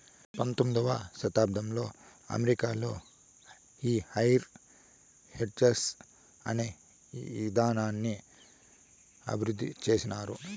పంతొమ్మిదవ శతాబ్దంలో అమెరికాలో ఈ హైర్ పర్చేస్ అనే ఇదానాన్ని అభివృద్ధి చేసినారు